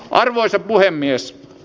arvoisa puhemies